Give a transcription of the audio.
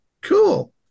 cool